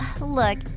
Look